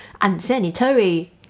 unsanitary